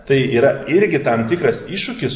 tai yra irgi tam tikras iššūkis